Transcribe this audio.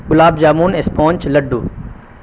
گلاب jamun sponge لڈو